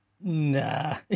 Nah